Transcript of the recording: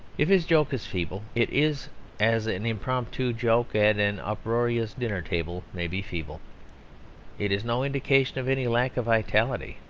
if his joke is feeble, it is as an impromptu joke at an uproarious dinner-table may be feeble it is no indication of any lack of vitality.